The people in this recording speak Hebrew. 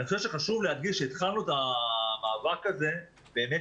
אני חושב שחשוב להדגיש שהתחלנו את המאבק הזה באמת